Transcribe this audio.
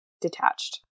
detached